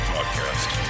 Podcast